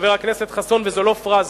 חבר הכנסת חסון, וזו לא פראזה.